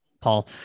paul